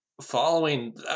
following